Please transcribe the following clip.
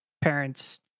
parents